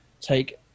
take